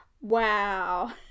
wow